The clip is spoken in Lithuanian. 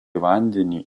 vandenį